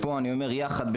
לשם כך אני קורא לעבודה ביחד,